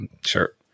sure